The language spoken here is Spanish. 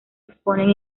exponen